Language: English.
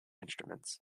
instruments